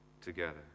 together